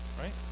right